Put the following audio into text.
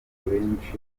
benshi